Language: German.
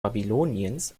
babyloniens